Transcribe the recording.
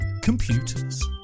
Computers